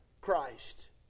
Christ